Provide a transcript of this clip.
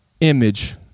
image